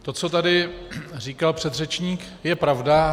To, co tady říkal předřečník, je pravda.